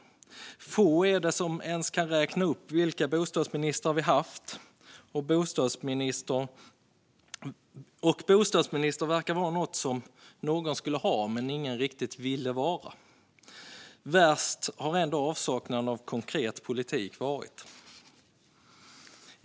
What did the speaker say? Det är få som ens kan räkna upp vilka bostadsministrar vi haft, och bostadsminister verkar ha varit något man skulle ha men ingen riktigt ville vara. Värst har ändå avsaknaden av konkret politik varit.